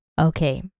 okay